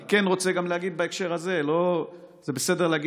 אני כן רוצה להגיד בהקשר הזה: זה בסדר להגיד